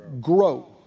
grow